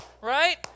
right